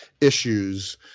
issues